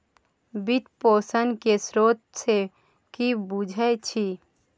वित्त पोषण केर स्रोत सँ कि बुझै छी